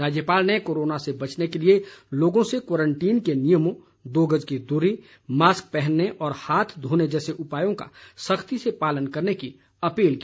राज्यपाल ने कोरोना से बचने के लिए लोगों से क्वारंटीन के नियमों दो गज की दूरी मास्क पहनने और हाथ धोने जैसे उपायों का सख्ती से पालन करने की अपील की